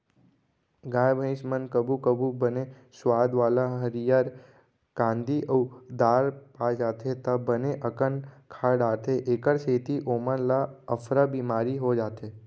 गाय भईंस मन कभू कभू बने सुवाद वाला हरियर कांदी अउ दार पा जाथें त बने अकन खा डारथें एकर सेती ओमन ल अफरा बिमारी हो जाथे